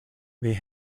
they